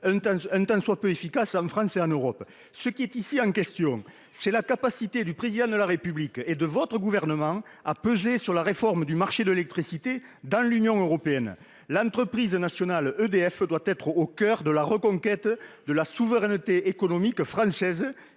ne se profile en France et en Europe. Ce qui est ici en question, c'est la capacité du Président de la République et de votre gouvernement à peser sur la réforme du marché de l'électricité dans l'Union européenne. L'entreprise nationale EDF doit être au coeur de la reconquête de la souveraineté économique française.